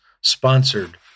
sponsored